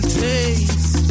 taste